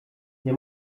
nie